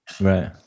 Right